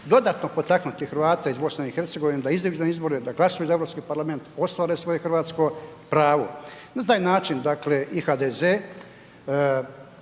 dodatno će potaknuti Hrvate iz BIH, da iziđu na izbore, da glasuju za Europski parlament, ostvare svoje hrvatsko pravo. Na taj način, dakle, i HDZ,